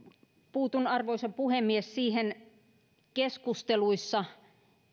puutun arvoisa puhemies siihen keskusteluissa